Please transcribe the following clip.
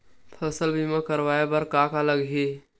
फसल बीमा करवाय बर का का लगही?